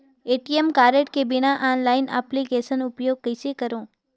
ATM card के बिना online application उपयोग कइसे करो?